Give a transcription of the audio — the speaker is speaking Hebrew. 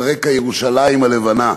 על רקע ירושלים הלבנה.